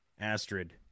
Astrid